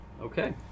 Okay